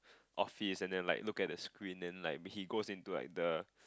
office and then like look at the screen then like he goes into like the